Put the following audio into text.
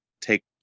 take